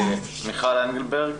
מיכל אנגלברג